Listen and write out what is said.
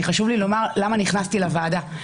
חשוב לי לומר למה נכנסתי לוועדה.